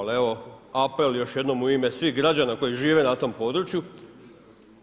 Ali evo, apel još jednom u ime svih građana koji žive na tom području